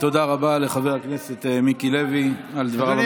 תודה רבה לחבר הכנסת מיקי לוי על דבריו המחכימים.